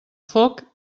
foc